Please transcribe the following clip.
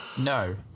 No